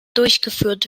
durchgeführt